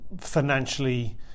financially